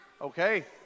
Okay